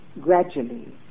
gradually